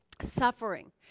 suffering